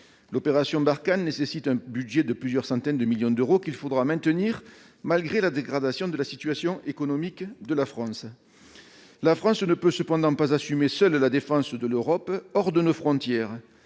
L'opération Barkhane nécessite un budget de plusieurs centaines de millions d'euros qu'il faudra maintenir, malgré la dégradation de la situation économique de la France. La France ne peut cependant pas assumer seule la défense de l'Europe hors de nos frontières.